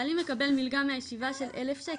בעלי מקבל מלגה מהישיבה של אלף שקל.